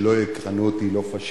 ושלא יכנו אותי, לא פאשיסט